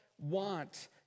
want